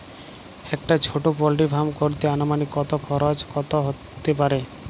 একটা ছোটো poultry farm করতে আনুমানিক কত খরচ কত হতে পারে?